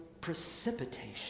precipitation